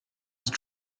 just